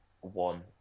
one